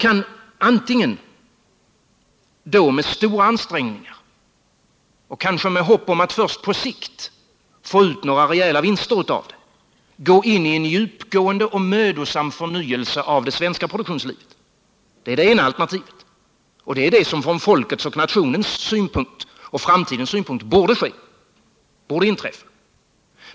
Antingen kan de med stora ansträngningar och kanske med hopp om att först på sikt få ut några rejäla vinster gå in i en djupgående och mödosam förnyelse av det svenska produktionslivet. Det är det ena alternativet. Det är det som från folkets, nationens och framtidens synpunkt borde inträffa.